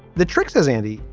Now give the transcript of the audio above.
the trick, says, andy,